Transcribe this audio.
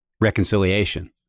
reconciliation